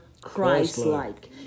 christ-like